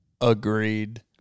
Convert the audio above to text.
Agreed